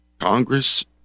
Congress